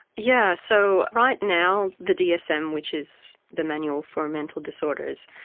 yeah so right now the dsm, which is the manual for mental disorders,